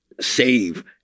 save